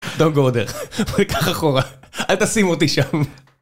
Don't go there, בוא ניקח אחורה, אל תשים אותי שם.